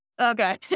Okay